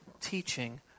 teaching